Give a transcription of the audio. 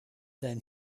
then